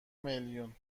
میلیون